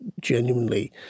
genuinely